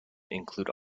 include